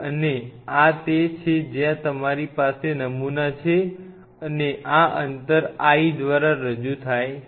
અને આ તે છે જ્યાં તમારી પાસે નમૂના છે અને આ અંતર I દ્વારા રજૂ થાય છે